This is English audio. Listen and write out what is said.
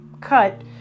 cut